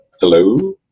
Hello